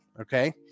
Okay